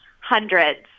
Hundreds